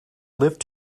lived